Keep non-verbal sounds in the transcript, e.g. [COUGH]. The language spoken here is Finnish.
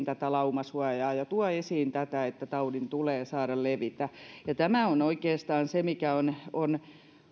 [UNINTELLIGIBLE] tätä laumasuojaa ja tuo esiin tätä että taudin tulee saada levitä ja tämä on oikeastaan se mikä on on